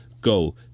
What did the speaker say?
go